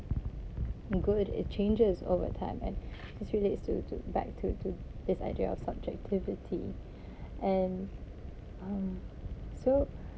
good it changes over time and this relates to to back to to this idea of subjectivity and um so